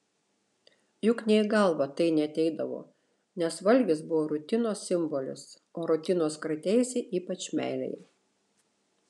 juk nė į galvą tai neateidavo nes valgis buvo rutinos simbolis o rutinos krateisi ypač meilėje